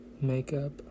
makeup